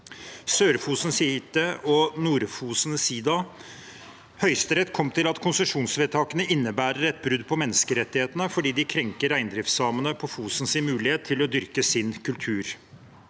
Sør-Fosen Sijte og Nord-Fosen Siida. Høyesterett kom til at konsesjonsvedtakene innebærer et brudd på menneskerettighetene fordi de krenker reindriftssamene på Fosen sin mulighet til å dyrke sin kultur.